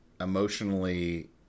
emotionally